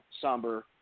somber